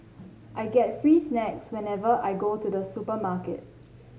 I get free snacks whenever I go to the supermarket